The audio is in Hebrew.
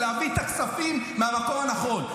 ולהביא את הכספים מהמקום הנכון.